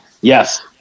Yes